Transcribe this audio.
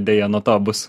deja nuo to bus